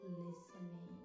listening